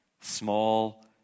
small